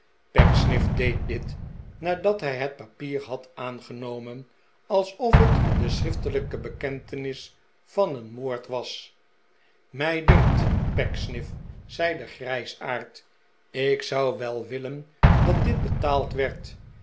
pecksniff deed dit nadat hij het papier had aangenomen alsof het de schriftelijke bekentenis van een moord was r mij dunkt pecksniff zei de grijsaard ik zou wel willen dat dit betaald werd